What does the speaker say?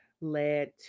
led